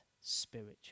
spiritual